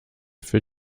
für